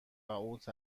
اوت